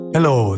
Hello